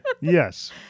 Yes